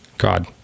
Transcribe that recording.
God